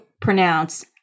pronounce